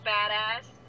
Badass